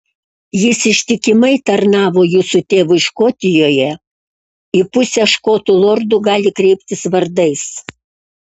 jis ištikimai tarnavo jūsų tėvui škotijoje į pusę škotų lordų gali kreiptis vardais